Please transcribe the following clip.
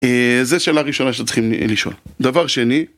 זו שאלה ראשונה שצריכים לשאול. דבר שני...